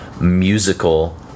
musical